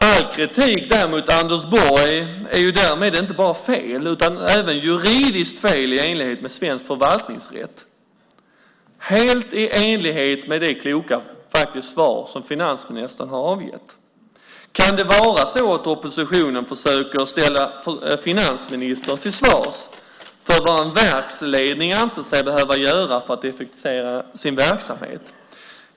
All kritik mot Anders Borg är därmed inte bara fel utan även juridiskt fel i enlighet med svensk förvaltningsrätt och helt i enlighet med det, faktiskt, kloka svar som finansministern har avgett. Kan det vara så att oppositionen försöker ställa finansministern till svars för vad en verksledning anser sig behöva göra för att effektivisera sin verksamhet?